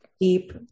deep